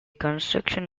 construction